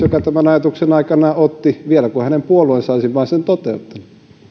joka tämän ajatuksen aikanaan otti esille vielä kun hänen puolueensa vain olisi sen toteuttanut